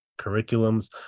curriculums